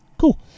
Cool